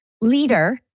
leader